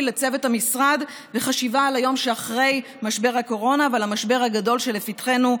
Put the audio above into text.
לצוות המשרד וחשיבה על היום שאחרי משבר הקורונה ועל המשבר הגדול שלפתחנו,